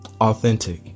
Authentic